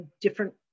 different